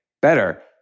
better